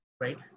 right